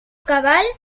cabal